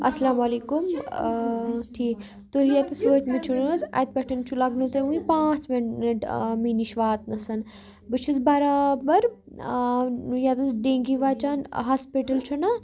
السلامُ علیکُم ٹھیٖک تُہۍ ییٚتَس وٲتۍ مٕتۍ چھُو نہ حظ اَتہِ پٮ۪ٹھ چھُ لگنو تۄہہِ وُنہِ پانٛژھ مِنَٹ مےٚ نِش واتنَس بہٕ چھٮ۪س بَرابَر ییٚتَس ڈیگی وَچان ہاسپِٹل چھُنہ